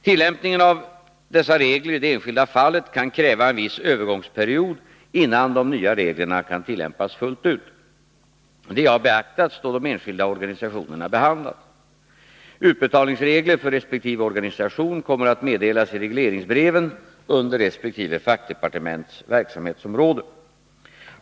Tillämpningen av dessa regler i det enskilda fallet kan kräva en viss övergångsperiod innan de nya reglerna kan tillämpas fullt ut. Detta har beaktats då de enskilda organisationerna behandlades. Utbetalningsregler för resp. organisation kommer att meddelas i regleringsbreven under resp. fackdepartements verksamhetsområde.